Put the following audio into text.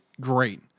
great